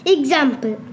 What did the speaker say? Example